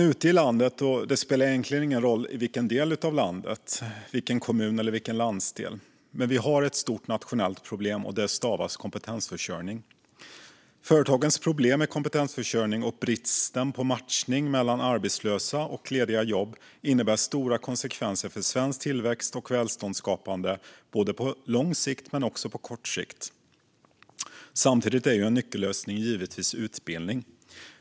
Ute i landet - det spelar egentligen ingen roll i vilken kommun eller landsdel vi är - har vi ett stort nationellt problem, och det stavas kompetensförsörjning. Företagens problem med kompetensförsörjning och bristen på matchning mellan arbetslösa och lediga jobb innebär stora konsekvenser för svensk tillväxt och välståndsskapande på både lång och kort sikt. Samtidigt är en nyckellösning givetvis utbildning.